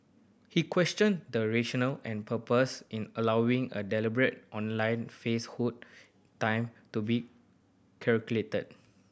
he questioned the rationale and purpose in allowing a deliberate online falsehood time to be circulated